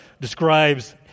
describes